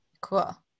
cool